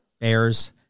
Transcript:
Bears